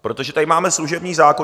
Protože tady máme služební zákon.